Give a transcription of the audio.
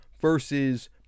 versus